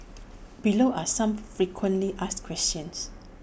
below are some frequently asked questions